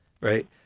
Right